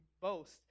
boast